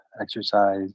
exercise